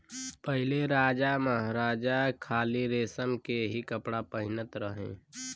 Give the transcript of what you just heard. पहिले राजामहाराजा खाली रेशम के ही कपड़ा पहिनत रहे